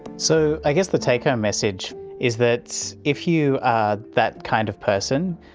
so i guess the take-home message is that if you are that kind of person,